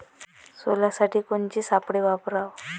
सोल्यासाठी कोनचे सापळे वापराव?